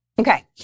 Okay